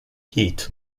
heat